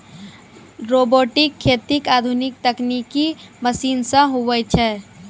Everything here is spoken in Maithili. रोबोटिक खेती आधुनिक तकनिकी मशीन से हुवै छै